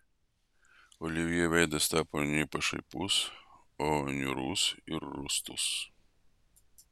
olivjė veidas tapo ne pašaipus o niūrus ir rūstus